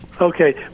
okay